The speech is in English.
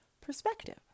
perspective